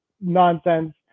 nonsense